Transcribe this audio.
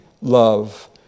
love